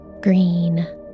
green